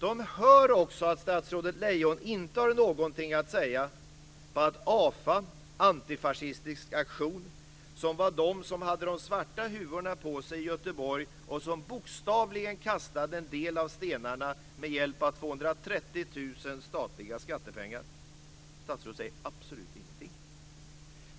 Det hör också att statsrådet Lejon inte har någonting att säga om att AFA, Antifascistisk aktion, som hade de svarta huvorna på sig i Göteborg och som bokstavligen kastade en del av stenarna med hjälp av 230 000 statliga skattekronor. Statsrådet säger absolut ingenting.